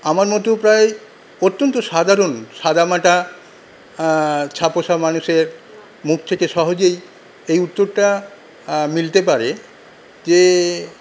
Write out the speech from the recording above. আমার মতো প্রায় অত্যন্ত সাধারণ সাদামাটা ছাপোষা মানুষের মুখ থেকে সহজেই এই উত্তরটা মিলতে পারে যে